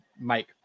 Mike